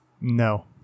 No